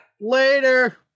later